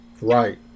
right